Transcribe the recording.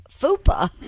FUPA